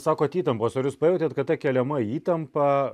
sakote įtampos o ar jūs pajautėte kad ta keliama įtampa